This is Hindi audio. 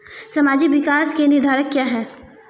सामाजिक विकास के निर्धारक क्या है?